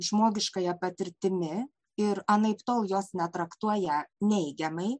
žmogiškąja patirtimi ir anaiptol jos netraktuoja neigiamai